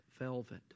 velvet